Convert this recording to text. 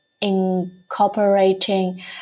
incorporating